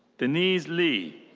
denise lee.